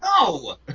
No